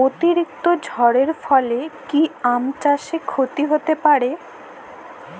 অতিরিক্ত ঝড়ের ফলে কি আম চাষে ক্ষতি হতে পারে?